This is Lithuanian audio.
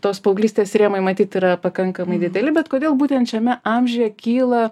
tos paauglystės rėmai matyt yra pakankamai dideli bet kodėl būtent šiame amžiuje kyla